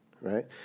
right